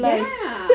ya